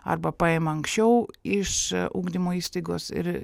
arba paima anksčiau iš ugdymo įstaigos ir